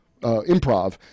improv